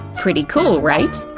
pretty cool, right?